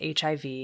HIV